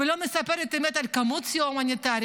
ולא מספרת אמת על כמות הסיוע ההומניטרי.